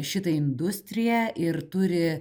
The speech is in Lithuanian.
šitą industriją ir turi